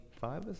Five